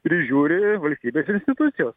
prižiūri valstybės institucijos